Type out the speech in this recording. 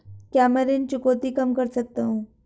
क्या मैं ऋण चुकौती कम कर सकता हूँ?